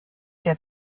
der